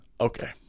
okay